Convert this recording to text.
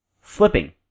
Flipping